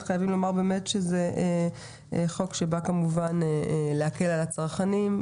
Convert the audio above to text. חייבים לומר באמת שזה חוק שבא כמובן להקל על הצרכנים,